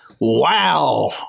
Wow